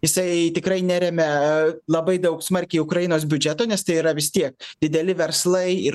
jisai tikrai neremia labai daug smarkiai ukrainos biudžeto nes tai yra vis tie dideli verslai ir